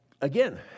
again